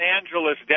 Angeles